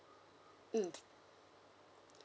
mm